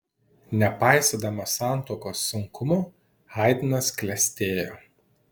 nepaisydamas santuokos sunkumų haidnas klestėjo